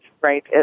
right